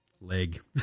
leg